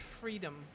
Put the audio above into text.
freedom